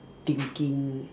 thinking